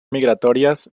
migratòries